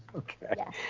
okay. yeah.